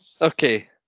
Okay